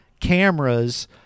cameras